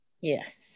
yes